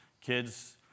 kids